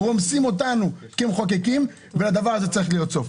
רומסים אותנו כמחוקקים, וצריך להיות לזה סוף.